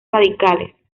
radicales